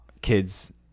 kids